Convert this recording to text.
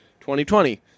2020